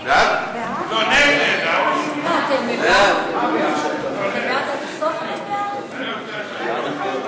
ההצעה להעביר את הצעת חוק שירות ביטחון (הוראת שעה)